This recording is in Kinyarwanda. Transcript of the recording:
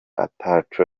ataco